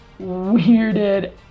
weirded